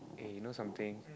eh you know something